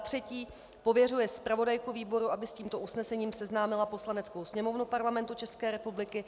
3. pověřuje zpravodajku výboru, aby s tímto usnesením seznámila Poslaneckou sněmovnu Parlamentu České republiky,